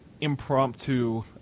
impromptu